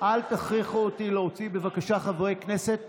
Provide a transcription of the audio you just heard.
אל תכריחו אותי להוציא חברי כנסת בבקשה.